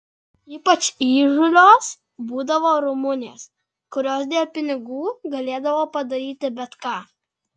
ypač įžūlios būdavo rumunės kurios dėl pinigų galėdavo padaryti bet ką